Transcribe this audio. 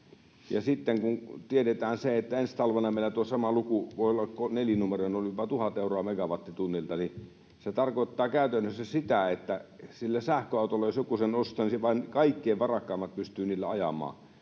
ja sitten kun tiedetään, että ensi talvena meillä tuo sama luku voi olla nelinumeroinen — jopa 1 000 euroa megawattitunnilta — niin se tarkoittaa käytännössä sitä, että sillä sähköautolla, jos joku sen ostaa, vain kaikkein varakkaimmat pystyvät ajamaan.